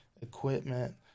equipment